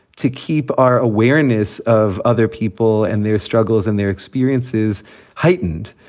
to keep our awareness of other people and their struggles and their experiences heightened.